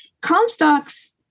Comstock's